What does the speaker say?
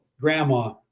Grandma